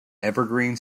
evergreen